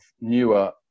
newer